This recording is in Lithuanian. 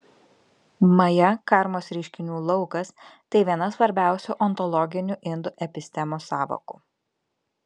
maja karmos reiškinių laukas tai viena svarbiausių ontologinių indų epistemos sąvokų